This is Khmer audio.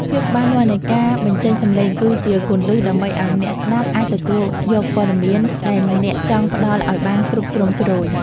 ភាពច្បាស់លាស់នៃការបញ្ចេញសំឡេងគឺជាគន្លឹះដើម្បីឱ្យអ្នកស្តាប់អាចទទួលយកព័ត៌មានដែលអ្នកចង់ផ្តល់ឱ្យបានគ្រប់ជ្រុងជ្រោយ។